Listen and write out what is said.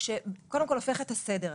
שקודם כל הופך את הסדר,